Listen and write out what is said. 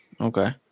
Okay